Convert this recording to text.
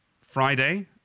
Friday